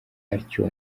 atyo